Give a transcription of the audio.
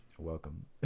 Welcome